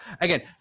again